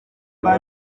mba